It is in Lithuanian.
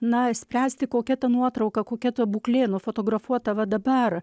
na spręsti kokia ta nuotrauka kokia ta būklė nufotografuota va dabar